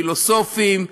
פילוסופים,